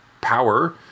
power